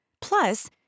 Plus